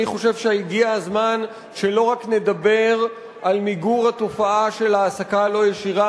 אני חושב שהגיע הזמן שלא רק נדבר על מיגור התופעה של ההעסקה הלא-ישירה,